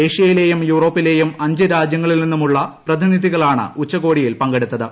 ഏഷ്യയിലേയും യൂറോപ്പിലെയും അഞ്ച് രാജ്യങ്ങളിൽ നിന്നുള്ള പ്രതിനിധികളാണ് ഉച്ചകോടിയിൽ പങ്കെടുത്തത്